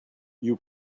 you